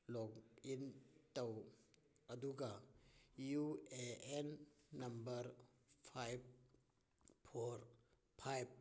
ꯂꯣꯛ in ꯇꯧ ꯑꯗꯨꯒ U A N number ꯐꯥꯏꯕ ꯐꯣꯔ ꯐꯥꯏꯕ